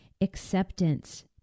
acceptance